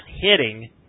hitting